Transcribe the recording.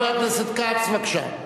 חבר הכנסת כץ, בבקשה.